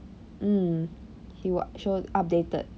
mm he will show updated